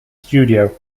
studio